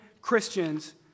Christians